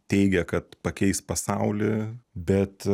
teigia kad pakeis pasaulį bet